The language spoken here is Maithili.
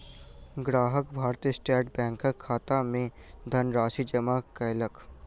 ग्राहक भारतीय स्टेट बैंकक खाता मे धनराशि जमा कयलक